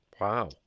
Wow